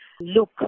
look